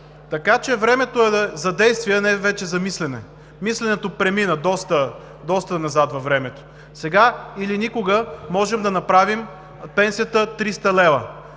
Така че е времето за действие, не е вече за мислене. Мисленето премина доста назад във времето. Сега или никога можем да направим пенсията 300 лв.,